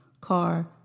car